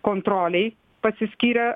kontrolei pasiskyrę